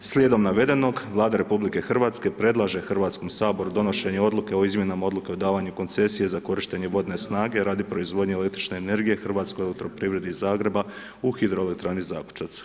Slijedom navedenog Vlada RH, predlaže Hrvatskom saboru, donošenje odluke, o izmjenama odluke o davanju koncesija za korištenje vodne snage radi proizvodnje električne energije Hrvatskoj elektroprivredi iz Zagreba u hidroelektrani Zakučac.